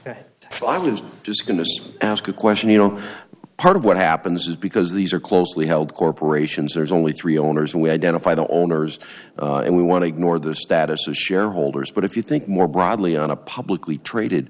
if i was just going to ask a question you know part of what happens is because these are closely held corporations there's only three owners and we identify the owners and we want to ignore the status of shareholders but if you think more broadly on a publicly traded